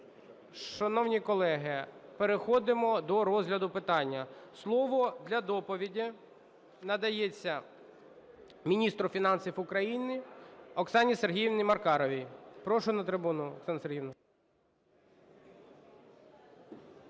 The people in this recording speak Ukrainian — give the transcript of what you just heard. Шановні колеги, переходимо до розгляду питання. Слово для доповіді надається міністру фінансів України Оксані Сергіївні Маркаровій. Прошу на трибуну, Оксано Сергіївно.